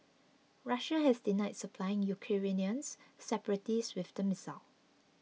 Russia has denied supplying Ukrainians separatists with the missile